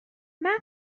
مغزت